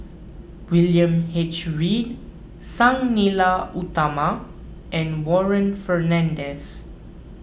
William H Read Sang Nila Utama and Warren Fernandez